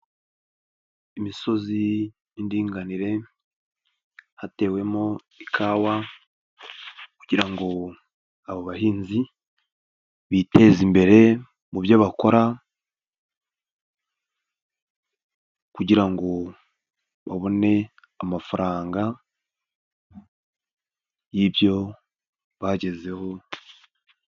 Imisozi y'indinganire hatewemo ikawa kugira ngo abo bahinzi biteze imbere mu byo bakora kugira ngo babone amafaranga y'ibyo bagezeho.